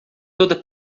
toda